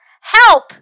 help